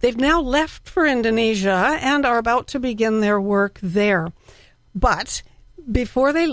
they've now left for indonesia and are about to begin their work there but before they